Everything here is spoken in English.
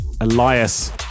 Elias